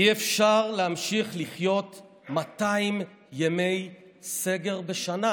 אי-אפשר להמשיך לחיות 200 ימי סגר בשנה.